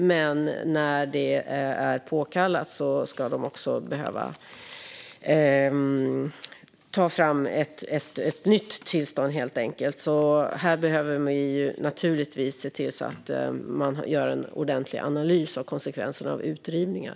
Men när det är påkallat behöver de ta fram ett nytt tillstånd. Här behöver vi naturligtvis se till att en ordentlig analys görs av konsekvenserna av utrivningar.